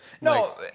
No